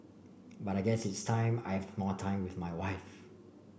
but I guess it's time I've more time with my wife